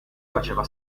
faceva